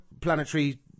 planetary